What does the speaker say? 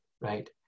Right